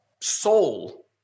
soul